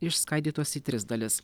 išskaidytos į tris dalis